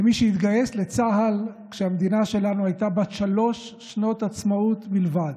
כמי שהתגייס לצה"ל כשהמדינה שלנו הייתה בת שלוש שנות עצמאות בלבד,